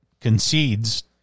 concedes